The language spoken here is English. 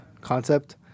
concept